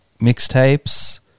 mixtapes